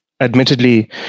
admittedly